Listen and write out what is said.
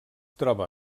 troba